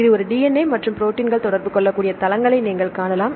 இது ஒரு DNA மற்றும் ப்ரோடீன்கள் தொடர்பு கொள்ளக்கூடிய தளங்களை நீங்கள் காணலாம்